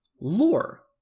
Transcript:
lore